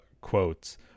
quotes